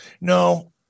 No